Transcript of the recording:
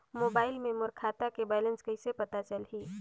Mobile मे मोर खाता के बैलेंस कइसे पता चलही?